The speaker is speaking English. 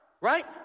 Right